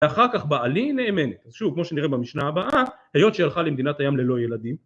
ואחר כך בעלי נאמנת, שוב, כמו שנראה במשנה הבאה, היות שהלכה למדינת הים ללא ילדים...